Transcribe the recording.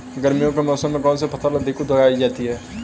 गर्मियों के मौसम में कौन सी फसल अधिक उगाई जाती है?